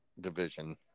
Division